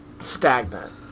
stagnant